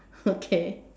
okay